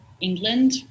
England